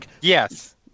Yes